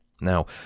Now